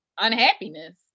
unhappiness